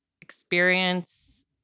experience